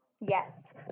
yes